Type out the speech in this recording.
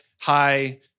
high